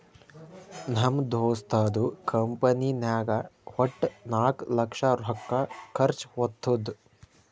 ನಮ್ ದೋಸ್ತದು ಕಂಪನಿನಾಗ್ ವಟ್ಟ ನಾಕ್ ಲಕ್ಷ ರೊಕ್ಕಾ ಖರ್ಚಾ ಹೊತ್ತುದ್